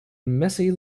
messy